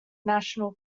national